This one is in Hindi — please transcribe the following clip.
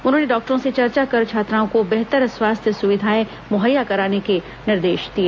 उन्होंने डॉक्टरों से चर्चा कर छात्राओं को बेहतर स्वस्थ्य सुविधा मुहैया कराने के निर्देश दिए